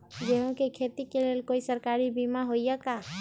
गेंहू के खेती के लेल कोइ सरकारी बीमा होईअ का?